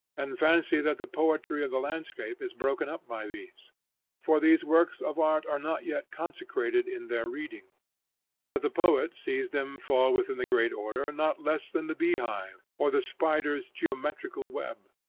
and fancy that the poetry of the landscape is broken up by these for these works of art are not yet consecrated in their reading but the poet sees them fall within the great order not less than the beehive or the spider's geometrical web.